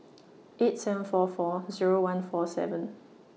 eight seven four four Zero one four seven